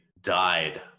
died